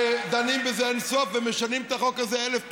ודנים בזה בלי סוף ומשנים את החוק הזה אלף פעמים.